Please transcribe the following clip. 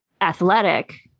athletic